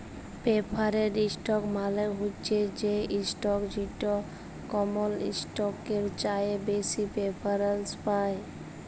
perforated stock মালে হছে সেই ইসটক যেট কমল ইসটকের চাঁঁয়ে বেশি পেরফারেলস পায়